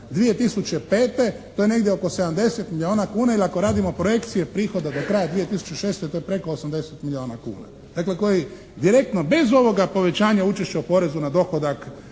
2005. to je negdje oko 70 milijuna kuna ili ako radimo projekcije prihoda do kraja 2006. to je preko 80 milijuna kuna. Dakle, koji direktno bez ovoga povećanja učešća u porezu na dohodak